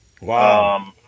Wow